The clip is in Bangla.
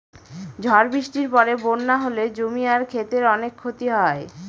ঝড় বৃষ্টির পরে বন্যা হলে জমি আর ক্ষেতের অনেক ক্ষতি হয়